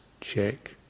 check